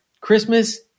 Christmas